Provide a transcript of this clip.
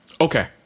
Okay